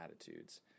attitudes